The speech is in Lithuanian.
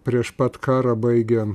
prieš pat karą baigė